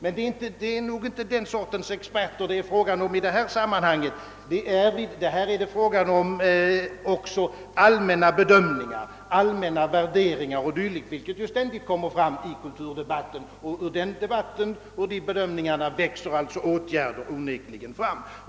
Men det är nog inte den sortens experter det är fråga om i detta sammanhang. Här gäller det också allmänna bedömningar, allmänna värderingar och dylikt, vilket ju ständigt kommer fram i kulturdebatten. Ur den debatten och de bedömningarna växer sedan åtgärder onekligen fram.